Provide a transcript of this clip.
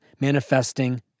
manifesting